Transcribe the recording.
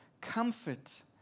comfort